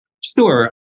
Sure